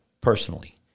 personally